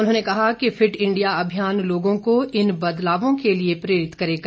उन्होंने कहा कि फिट इंडिया अभियान लोगों को इन बदलावों के लिए प्रेरित करेगा